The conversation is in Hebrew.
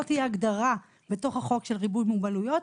אם לא תהיה הגדרה בתוך החוק של ריבוי מוגבלויות,